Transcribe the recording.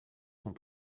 sont